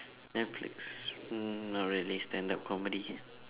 Netflix hmm not really stand up comedy